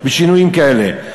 בשינויים כאלה.